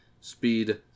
Speed